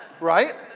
Right